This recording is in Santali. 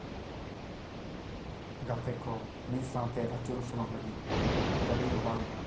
ᱜᱟᱛᱮ ᱠᱚ ᱢᱤᱫ ᱥᱟᱶᱛᱮ ᱟᱪᱩᱨᱚᱜ ᱥᱮᱱᱚᱜ ᱞᱟᱹᱜᱤᱫ ᱜᱟᱹᱰᱤ ᱞᱮ ᱵᱷᱟᱲᱟ ᱞᱮᱫᱟ